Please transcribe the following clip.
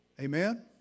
Amen